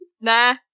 nah